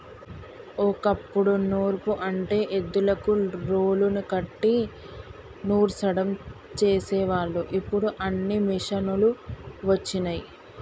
ఓ కప్పుడు నూర్పు అంటే ఎద్దులకు రోలుని కట్టి నూర్సడం చేసేవాళ్ళు ఇప్పుడు అన్నీ మిషనులు వచ్చినయ్